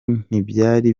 ntibyari